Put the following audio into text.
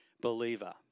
believer